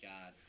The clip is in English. God